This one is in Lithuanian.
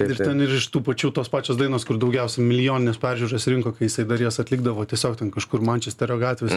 ir ten ir iš tų pačių tos pačios dainos kur daugiausia milijonines peržiūras rinko kai jisai dar jas atlikdavo tiesiog ten kažkur mančesterio gatvėse